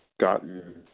gotten